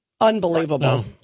Unbelievable